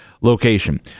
location